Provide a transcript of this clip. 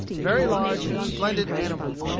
very large and splendid animals.